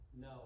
no